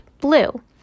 blue